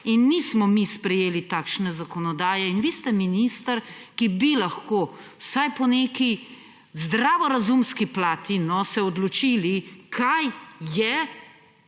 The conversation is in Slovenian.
In nismo mi sprejeli takšne zakonodaje. Vi ste minister in bi se lahko vsaj po neki zdravorazumski plati odločili, kaj je